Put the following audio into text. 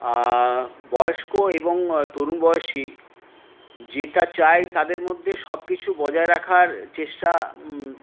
বয়স্ক এবং তরুণ বয়সী যেটা চাই তাদের মধ্যে সবকিছু বজায় রাখার চেষ্টা